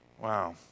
Wow